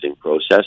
process